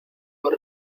los